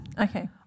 Okay